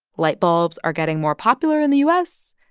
light bulbs are getting more popular in the u s.